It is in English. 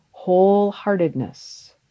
Wholeheartedness